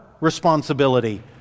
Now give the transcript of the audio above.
responsibility